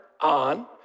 on